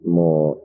more